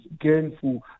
gainful